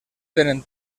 tenen